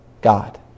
God